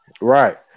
Right